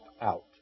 out